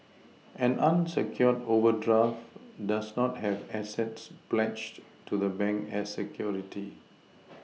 an unsecured overdraft does not have assets pledged to the bank as security